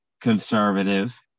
conservative